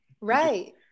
Right